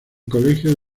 colegio